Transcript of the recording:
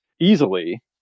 easily